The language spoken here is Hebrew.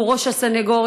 שהוא ראש הסנגוריה.